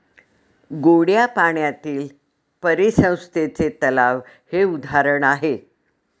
गोड्या पाण्यातील परिसंस्थेचे तलाव हे उदाहरण आहे